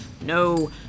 No